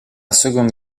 seconde